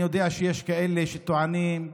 אני יודע שיש כאלה שטוענים: